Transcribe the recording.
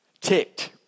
ticked